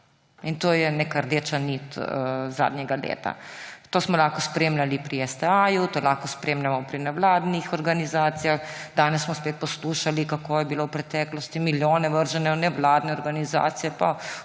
To je neka rdeča nič zadnjega leta. To smo lahko spremljali pri STA, to lahko spremljamo pri nevladnih organizacijah. Danes smo spet poslušali, kako je bilo v preteklosti, milijoni vrženi v nevladne organizacije